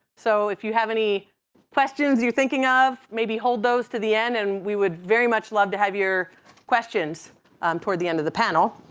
so if you have any questions you're thinking of, maybe hold those to the end and we would very much love to have your questions toward the end of the panel.